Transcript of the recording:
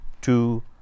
two